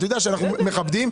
אתה יודע שאנחנו מכבדים,